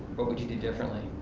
what would you do differently?